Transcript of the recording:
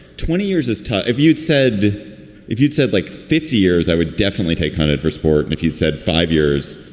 twenty years is tough. if you'd said if you'd said like fifty years, i would definitely take hunting for sport. and if you'd said five years,